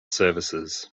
services